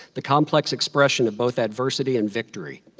the complex expression of both adversity and victory.